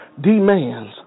demands